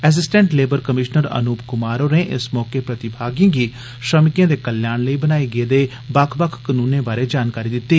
assistant labour commissioner Anoop Kumar होरें इस मौके प्रतिभागिएं गी श्रमिकें दे कल्याण लेई बनाए गेदे बक्ख बक्ख कानूनें बारै जानकारी दित्ती